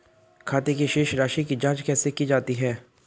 खाते की शेष राशी की जांच कैसे की जाती है?